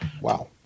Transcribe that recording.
Wow